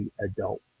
adult